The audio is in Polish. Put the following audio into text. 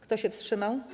Kto się wstrzymał?